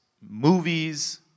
movies